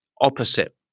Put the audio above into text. opposite